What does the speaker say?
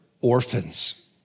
orphans